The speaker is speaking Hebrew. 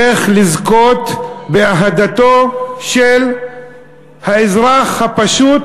איך לזכות באהדתו של האזרח הפשוט,